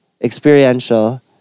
Experiential